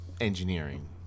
engineering